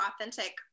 authentic